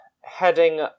heading